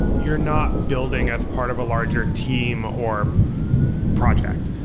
you're not building as part of a larger team or project.